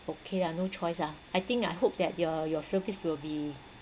okay lah no choice ah I think I hope that uh your service will be